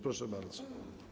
Proszę bardzo.